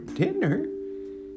dinner